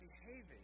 behaving